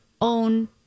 own